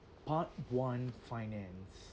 part one finance